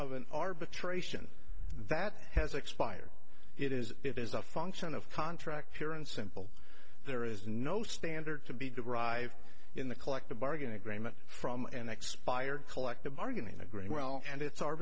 of an arbitration that has expired it is it is a function of contract here and simple there is no standard to be derived in the collective bargaining agreement from an expired collective bargaining agreement and it's